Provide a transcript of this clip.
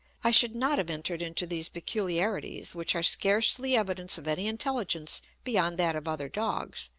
i should not have entered into these peculiarities, which are scarcely evidence of any intelligence beyond that of other dogs,